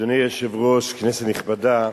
אדוני היושב-ראש, כנסת נכבדה,